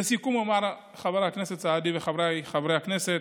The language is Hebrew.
לסיכום אומר, חבר הכנסת סעדי וחבריי חברי הכנסת,